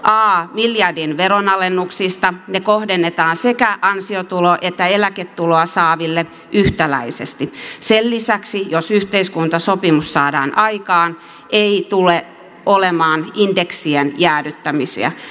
a miljardin veronalennukset kohdennetaan sekä ansiotuloa että eläketuloa saaville yhtäläisesti ja b sen lisäksi jos yhteiskuntasopimus saadaan aikaan ei tule olemaan indeksien jäädyttämisiä